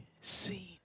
seen